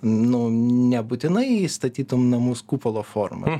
nu nebūtinai statytum namus kupolo formą